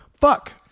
Fuck